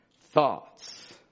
thoughts